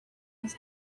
his